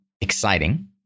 exciting